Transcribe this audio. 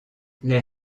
les